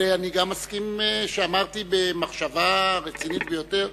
אבל אני גם מסכים שאמרתי, במחשבה רצינית ביותר,